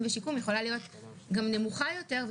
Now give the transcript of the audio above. ושיקום) יכולה להיות גם נמוכה יותר,